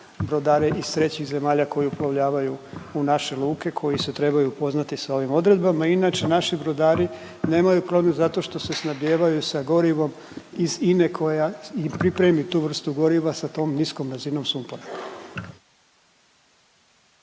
brodare iz trećih zemalja koji uplovljavaju u naše luke koji se trebaju upoznati sa ovim odredbama. Inače, naši brodari nemaju problem zato što se snabdijevaju sa gorivom iz INA-e koja pripremi tu vrstu goriva sa tom niskom razino sumpora.